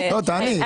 תעני,